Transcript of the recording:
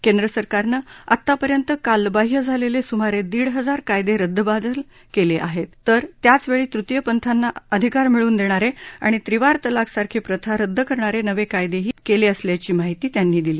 केंद्र सरकारनं आत्तापर्यंत कालबाह्य झालेले सुमारे दीड हजार कायदे रद्दबादल केले आहेत तर त्याचवेळी तृतीपंथांना अधिकार मिळवून देणारे आणि त्रिवार तलाकसारखी प्रथा रद्द करणारे नवे कायदेही केले असल्याची माहिती त्यांनी दिली